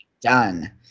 done